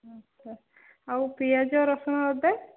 ଆଚ୍ଛା ଆଉ ପିଆଜ ରସୁଣ ଅଦା